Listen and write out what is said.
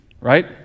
right